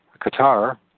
Qatar